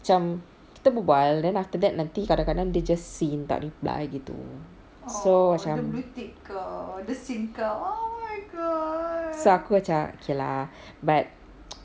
macam kita berbual then after that nanti kadang-kadang dia just seen tak reply gitu so macam so aku macam okay lah but